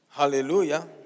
Hallelujah